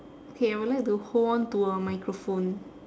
okay I will like to hold on to a microphone